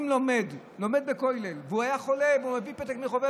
אם לומד לומד בכולל והוא היה חולה ומביא פתק מרופא,